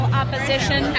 opposition